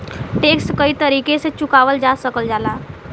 tax कई तरीके से चुकावल जा सकल जाला